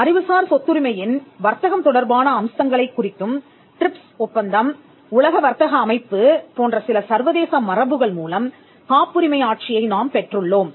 அறிவுசார் சொத்துரிமையின் வர்த்தகம் தொடர்பான அம்சங்களை குறிக்கும் டிரிப்ஸ் ஒப்பந்தம் உலக வர்த்தக அமைப்பு போன்ற சில சர்வதேச மரபுகள் மூலம் காப்புரிமை ஆட்சியை நாம் பெற்றுள்ளோம்